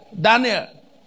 Daniel